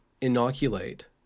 inoculate